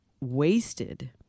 wasted